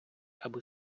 аби